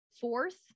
fourth